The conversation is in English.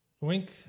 Wink